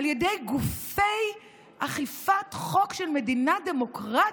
על ידי גופי אכיפת חוק של מדינה דמוקרטית,